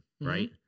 right